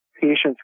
patients